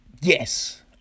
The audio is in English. yes